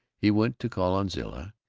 he went to call on zilla.